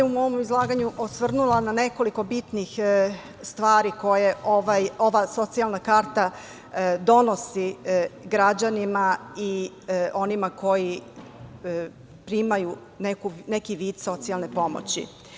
U mom izlaganju ja bih se osvrnula na nekoliko bitnih stvari koje ova Socijalna karta donosi građanima i onima koji primaju neki vid socijalne pomoći.